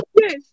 Yes